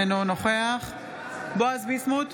אינו נוכח בועז ביסמוט,